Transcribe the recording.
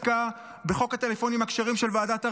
בחוק הטלפונים הכשרים של ועדת הרבנים.